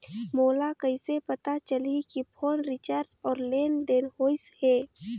मोला कइसे पता चलही की फोन रिचार्ज और लेनदेन होइस हे?